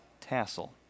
tassel